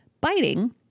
biting